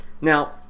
Now